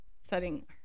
setting